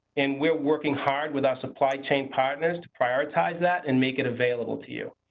and we're working hard, with our supply chain partners to prioritize that and make it available to you.